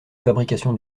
fabrication